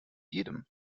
jedem